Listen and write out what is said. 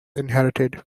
inherited